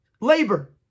labor